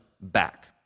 back